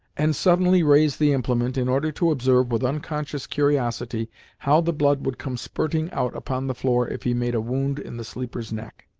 and suddenly raise the implement in order to observe with unconscious curiosity how the blood would come spurting out upon the floor if he made a wound in the sleeper's neck.